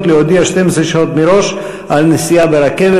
להודיע 12 שעות מראש על נסיעה ברכבת.